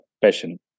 passion